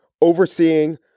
overseeing